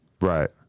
Right